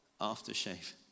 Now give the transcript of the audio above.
aftershave